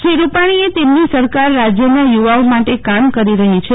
શ્રી રૂપાણીએ તેમની સરકાર રાજયના યુવાઓ માટે કામ કરી રહી છે